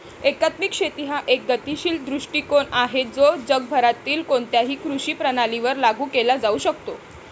एकात्मिक शेती हा एक गतिशील दृष्टीकोन आहे जो जगभरातील कोणत्याही कृषी प्रणालीवर लागू केला जाऊ शकतो